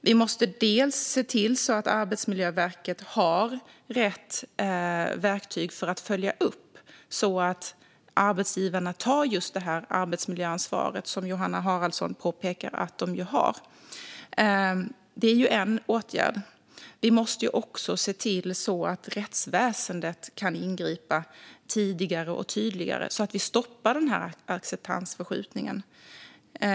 Vi måste se till att Arbetsmiljöverket har rätt verktyg för att följa upp detta, så att arbetsgivarna tar just det arbetsmiljöansvar som Johanna Haraldsson påpekar att de har. Det är en åtgärd. Vi måste också se till att rättsväsendet kan ingripa tidigare och tydligare så att vi stoppar acceptansförskjutningen.